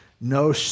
no